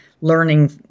learning